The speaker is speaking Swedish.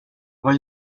vad